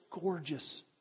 gorgeous